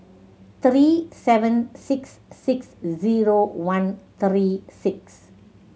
three seven six six zero one three six